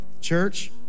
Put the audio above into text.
Church